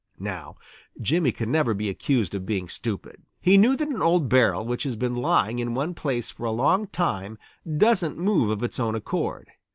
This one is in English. now jimmy can never be accused of being stupid. he knew that an old barrel which has been lying in one place for a long time doesn't move of its own accord.